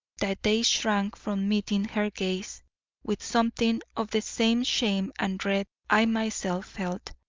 that they shrank from meeting her gaze with something of the same shame and dread i myself felt.